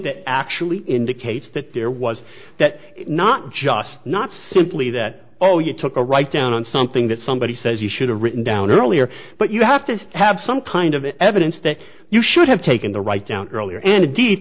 that actually indicates that there was that not just not simply that oh you took a write down on something that somebody says you should have written down earlier but you have to have some kind of evidence that you should have taken the right down to earlier and